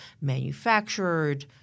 manufactured